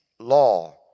Law